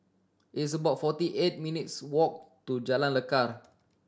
it's about forty eight minutes' walk to Jalan Lekar